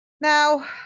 Now